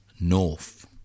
North